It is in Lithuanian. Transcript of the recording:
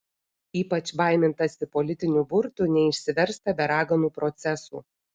ypač baimintasi politinių burtų neišsiversta be raganų procesų